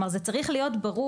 כלומר זה צריך להיות ברור.